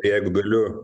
jeigu galiu